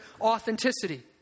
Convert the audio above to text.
authenticity